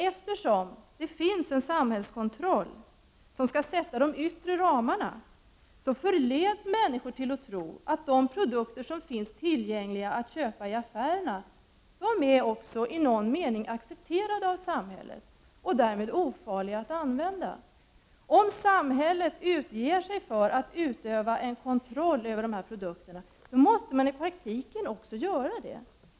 Eftersom det från samhället görs en kontroll och sätts yttre ramar förleds människor att tro att de produkter som finns tillgängliga att köpa i affärerna också är accepterade av samhället och därmed ofarliga att använda. Om samhället utger sig för att utöva en kontroll över dessa produkter, måste samhället också göra det i praktiken.